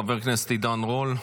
חבר הכנסת עידן רול,